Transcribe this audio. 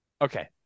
Okay